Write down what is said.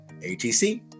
ATC